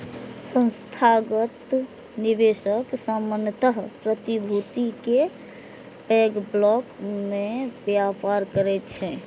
संस्थागत निवेशक सामान्यतः प्रतिभूति के पैघ ब्लॉक मे व्यापार करै छै